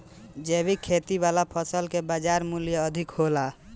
जैविक खेती वाला फसल के बाजार मूल्य अधिक होला